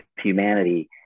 humanity